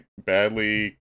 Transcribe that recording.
badly